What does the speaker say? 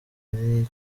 ari